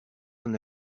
son